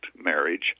marriage